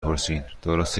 پرسین؟ درسته